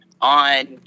on